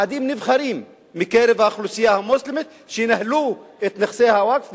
ועדים נבחרים מקרב האוכלוסייה המוסלמית שינהלו את נכסי הווקף,